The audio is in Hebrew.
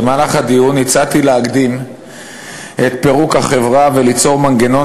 במהלך הדיון הצעתי להקדים את פירוק החברה וליצור מנגנון